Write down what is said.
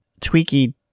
Tweaky